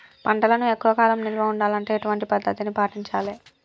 పంటలను ఎక్కువ కాలం నిల్వ ఉండాలంటే ఎటువంటి పద్ధతిని పాటించాలే?